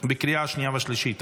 בקריאה השנייה והשלישית.